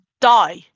die